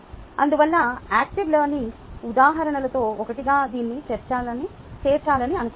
అందువల్ల active learning ఉదాహరణలలో ఒకటిగా దీన్ని చేర్చాలని అనుకున్నాను